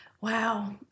Wow